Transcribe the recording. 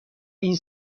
این